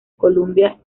columbia